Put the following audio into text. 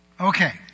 Okay